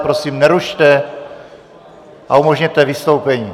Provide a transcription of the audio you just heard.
Prosím nerušte a umožněte vystoupení.